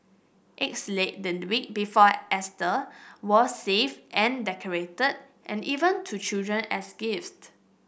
eggs laid the week before were saved and decorated and even to children as gift